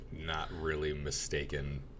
not-really-mistaken-